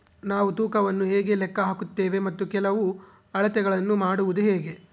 ನಾವು ತೂಕವನ್ನು ಹೇಗೆ ಲೆಕ್ಕ ಹಾಕುತ್ತೇವೆ ಮತ್ತು ಕೆಲವು ಅಳತೆಗಳನ್ನು ಮಾಡುವುದು ಹೇಗೆ?